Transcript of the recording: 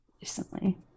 recently